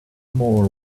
more